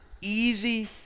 easy